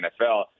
NFL